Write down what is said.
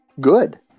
Good